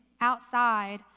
outside